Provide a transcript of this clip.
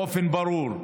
באופן ברור,